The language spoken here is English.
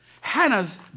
Hannah's